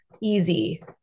easy